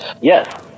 Yes